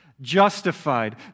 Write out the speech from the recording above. justified